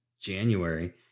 January